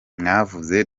mwavuze